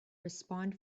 respond